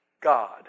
God